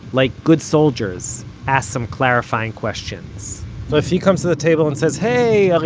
like good soldiers, asked some clarifying questions so if he comes to the table and says, hey,